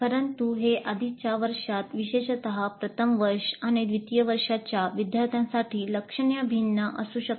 परंतु हे आधीच्या वर्षांत विशेषतः प्रथम वर्ष आणि द्वितीय वर्षाच्या विद्यार्थ्यांसाठी लक्षणीय भिन्न असू शकते